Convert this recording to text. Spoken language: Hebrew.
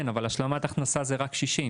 כן אבל השלמת הכנסה זה רק קשישים.